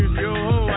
yo